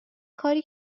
کاری